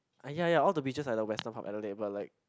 ah ya ya all the beaches are on the western part of Adelaide but like